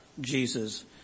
Jesus